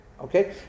Okay